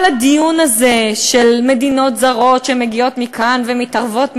כל הדיון הזה על מדינות זרות שמגיעות מכאן ומתערבות משם,